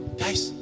guys